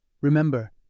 Remember